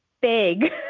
big